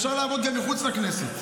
אפשר לעבוד גם מחוץ לכנסת,